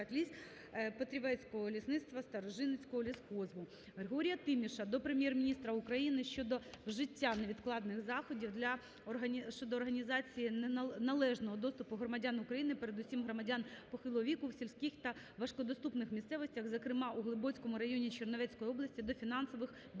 Григорія Тіміша до Прем'єр-міністра України щодо вжиття невідкладних заходів щодо організації належного доступу громадян України, передусім громадян похилого віку, у сільських та важкодоступних місцевостях, зокрема у Глибоцькому районі Чернівецької області до фінансових